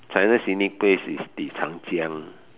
China scenic place is the Changjiang